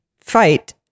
fight